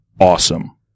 awesome